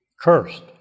cursed